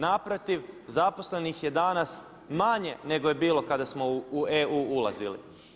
Naprotiv zaposlenih je danas manje nego je bilo kada smo u EU ulazili.